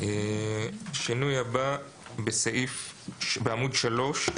השינוי הבא הוא בעמוד 3,